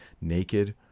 naked